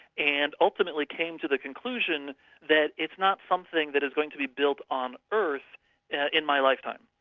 and ultimately came to the conclusion that it's not something that is going to be built on earth in my lifetime.